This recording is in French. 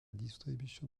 distribution